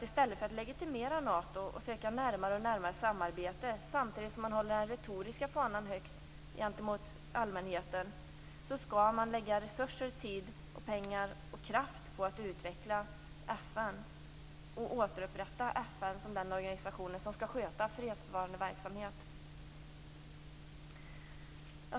I stället för att legitimera Nato och söka närmare och närmare samarbete, samtidigt som man håller den retoriska fanan högt gentemot allmänheten, skall man lägga ned resurser, tid, pengar och kraft på att utveckla FN och återupprätta FN som den organisation som skall sköta fredsbevarande verksamhet.